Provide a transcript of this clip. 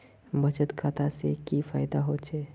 बचत खाता से की फायदा होचे?